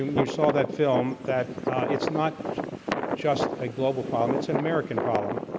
you saw that film, that it's not just a global problem, it's an american problem.